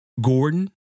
Gordon